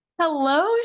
Hello